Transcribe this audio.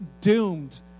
doomed